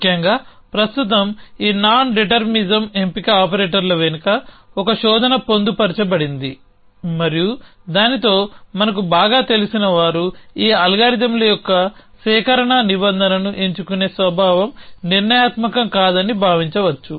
ముఖ్యంగా ప్రస్తుతం ఈ నాన్డెటర్మిసమ్ ఎంపిక ఆపరేటర్ల వెనుక ఒక శోధన పొందుపరచబడింది మరియు దానితో మనకు బాగా తెలిసిన వారు ఈ అల్గారిథమ్ల యొక్క సేకరణ నిబంధనను ఎంచుకునే స్వభావం నిర్ణయాత్మకం కాదని భావించవచ్చు